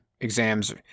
exams